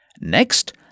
Next